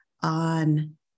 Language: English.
on